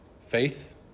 faith